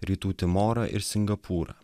rytų timorą ir singapūrą